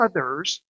others